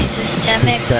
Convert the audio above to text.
systemic